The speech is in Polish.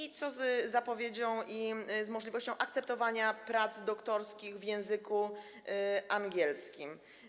I co z zapowiedzią i z możliwością akceptowania prac doktorskich w języku angielskim?